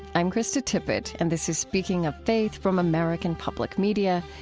i'm krista tippett, and this is speaking of faith from american public media.